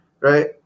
right